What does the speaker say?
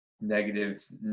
negatives